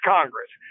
Congress